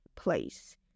Place